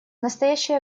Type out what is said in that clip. настоящее